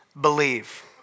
believe